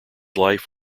life